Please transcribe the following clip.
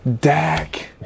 Dak